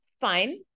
fine